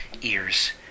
ears